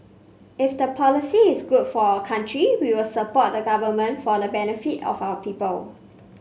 if the policy is good for our country we will support the government for the benefit of our people